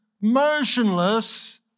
motionless